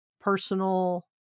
personal